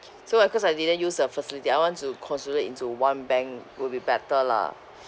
so of course I didn't use the facility I want to consolidate into one bank will be better lah